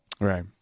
Right